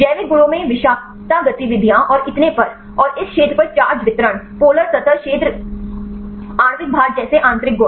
जैविक गुणों में विषाक्तता गतिविधियों और इतने पर और इस क्षेत्र पर चार्ज वितरण पोलर सतह क्षेत्र polar surface area आणविक भार जैसे आंतरिक गुण